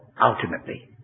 ultimately